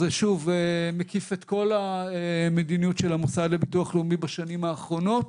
וזה שוב מקיף את כל המדיניות של המוסד לביטוח לאומי בשנים האחרונות.